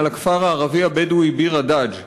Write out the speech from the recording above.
על הכפר הערבי הבדואי ביר-הדאג',